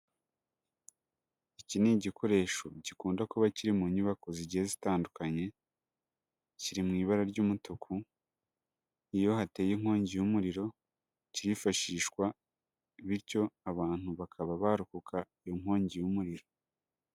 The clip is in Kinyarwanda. Iki ni igikoresho gikunda kuba kiri mu nyubako zigiye zitandukanye, kiri mu ibara ry'umutuku, iyo hateye inkongi y'umuriro kirifashishwa, bityo abantu bakaba barokoka iyo inkongi y'umuriro.